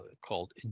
called